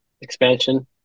expansion